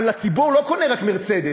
אבל הציבור לא קונה רק "מרצדס",